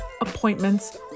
appointments